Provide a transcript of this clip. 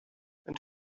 and